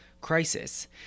crisis